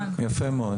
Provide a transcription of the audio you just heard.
יפה מאוד.